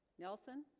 nelson